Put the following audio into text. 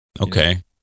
Okay